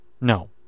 No